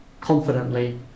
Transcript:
confidently